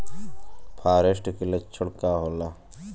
फारेस्ट के लक्षण का होला?